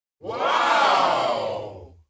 Wow